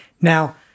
Now